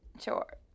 Sure